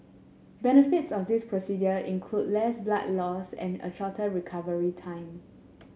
benefits of this procedure include less blood loss and a shorter recovery time